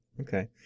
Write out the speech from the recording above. Okay